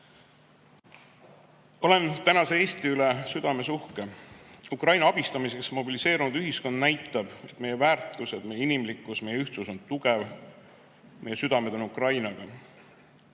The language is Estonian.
tänase Eesti üle südames uhke. Ukraina abistamiseks mobiliseerunud ühiskond näitab, et meie väärtused, meie inimlikkus, meie ühtsus on tugev. Meie südamed on Ukrainaga.